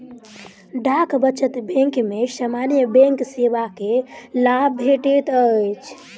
डाक बचत बैंक में सामान्य बैंक सेवा के लाभ भेटैत अछि